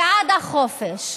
בעד החופש,